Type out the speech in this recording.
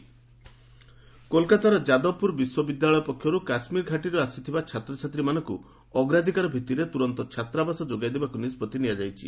Kolkata Kashmir student କୋଲକାତାର ଯାଦବପୁର ବିଶ୍ୱବିଦ୍ୟାଳୟ ପକ୍ଷରୁ କାଶ୍ମୀର ଘାଟିରୁ ଆସିଥିବା ଛାତ୍ରଛାତ୍ରୀମାନଙ୍କୁ ଅଗ୍ରାଧିକାର ଭିତ୍ତିରେ ତୁରନ୍ତ ଛାତ୍ରାବାସ ଯୋଗାଇଦେବାକୁ ନିଷ୍ପଭି ନିଆଯାଇଛି